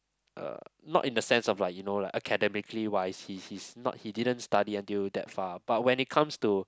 uh not in the sense of like you know like academically wise he's he's not he didn't study until that far but when it comes to